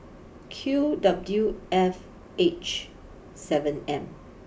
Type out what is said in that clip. Q W F H seven M